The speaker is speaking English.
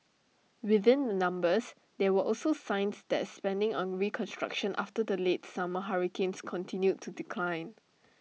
within the numbers there were also were signs that spending on reconstruction after the late summer hurricanes continued to decline